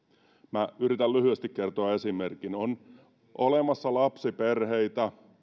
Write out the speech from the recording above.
minä yritän lyhyesti kertoa esimerkin on olemassa lapsiperheitä